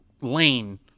lane